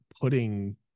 putting